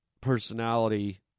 personality